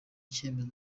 icyemezo